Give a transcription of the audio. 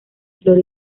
flor